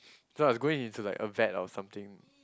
so I was going into like a vet or something